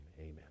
Amen